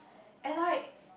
and like